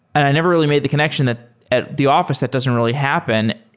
and i never really made the connection that at the office that doesn't really happen.